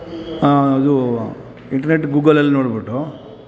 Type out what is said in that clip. ಅದು ಇಂಟ್ರ್ನೆಟ್ ಗೂಗಲಲ್ಲಿ ನೋಡಿಬಿಟ್ಟು